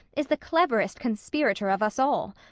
is the cleverest conspirator of us all.